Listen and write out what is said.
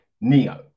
Neo